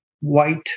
white